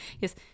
Yes